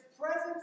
presence